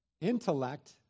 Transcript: Intellect